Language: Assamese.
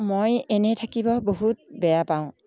মই এনেই থাকিব বহুত বেয়া পাওঁ